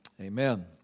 Amen